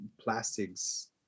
plastics